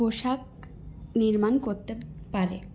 পোশাক নির্মাণ করতে পারে